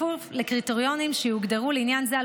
בכפוף לקריטריונים שיוגדרו לעניין זה על